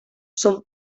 són